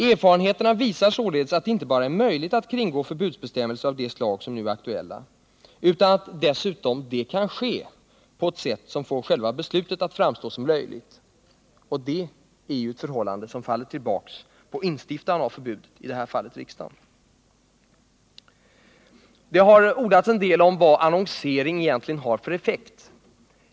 Erfarenheterna visar att det inte bara är möjligt att kringgå förbudsbestämmelser av det slag som nu är aktuella utan att dessutom detta kan ske på ett sätt som får själva beslutet att framstå som löjligt. Det är ett förhållande som faller tillbaka på instiftaren av förbudet, riksdagen. Det har ordats en del om vad annonsering egentligen har för effekt.